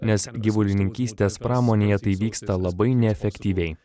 nes gyvulininkystės pramonėje tai vyksta labai neefektyviai